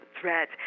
threat